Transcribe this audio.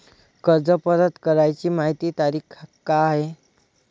कर्ज परत कराची मायी तारीख का हाय?